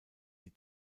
die